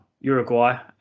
Uruguay